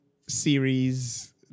series